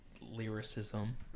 lyricism